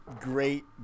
great